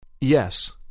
yes